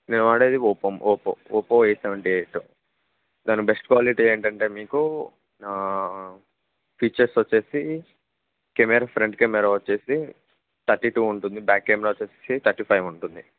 మేము వాడేది Oppo Oppo Oppo eight seventy eight దాని బెస్ట్ క్వాలిటీ ఏంటంటే మీకు ఫీచర్స్ వచ్చి కెమెరా ఫ్రంట్ కెమెరా వచ్చి థర్టీ టూ ఉంటుంది బ్యాక్ కెమెరా వచ్చి థర్టీ ఫైవ్ ఉంటుంది